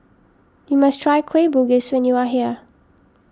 you must try Kueh Bugis when you are here